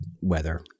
weather